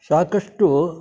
ಸಾಕಷ್ಟು